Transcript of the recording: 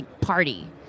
party